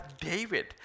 David